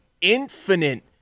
infinite